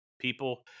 people